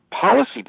policy